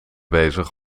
bezig